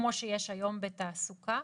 כמו שיש היום בתעסוקה.